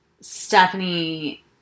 Stephanie